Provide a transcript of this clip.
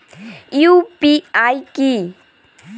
UPI কি?